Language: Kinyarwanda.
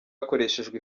hakoreshejwe